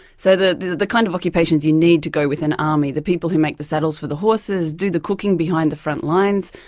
so the the kind of occupations you need to go with an army, the people who make the saddles for the horses, do the cooking behind the front lines,